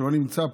שלא נמצא פה.